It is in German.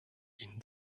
ihnen